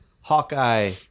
Hawkeye